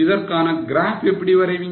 இதற்கான graph எப்படி வரைவீங்க